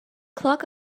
clock